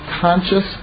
conscious